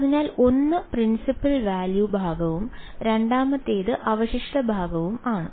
അതിനാൽ ഒന്ന് principal value ഭാഗവും രണ്ടാമത്തേത് അവശിഷ്ട ഭാഗവും ആണ്